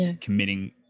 committing